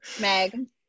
Meg